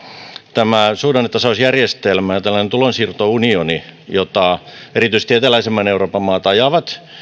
tämä suhdannetasausjärjestelmä ja ja tällainen tulonsiirtounioni jota erityisesti eteläisemmän euroopan maat ajavat